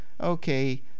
Okay